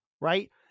right